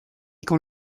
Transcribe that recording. con